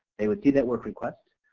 they would see that work request,